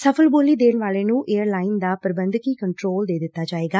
ਸਫ਼ਲ ਬੋਲੀ ਦੇਣ ਵਾਲੇ ਨੂੰ ਏਅਰ ਲਾਈਨ ਦਾ ਪ੍ਰਬੰਧਕੀ ਕੰਟਰੋਲ ਦੇ ਦਿੱਤਾ ਜਾਏਗਾ